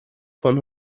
von